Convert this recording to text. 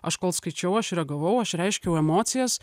aš kol skaičiau aš reagavau aš reiškiau emocijas